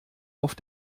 auf